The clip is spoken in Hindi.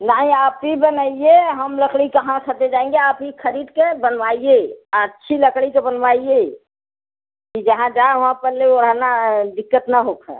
नाही आपही बनाईए हम लकड़ी कहाँ खरदे जाएँगे आप ही खरीद कर बनवाइए आ अच्छी लकड़ी के बनवाइए कि जहाँ जाए वहाँ पल्ले ओढ़ना है दिक्कत न होखै